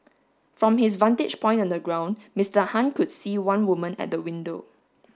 from his vantage point on the ground Mister Han could see one woman at the window